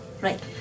Right